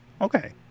okay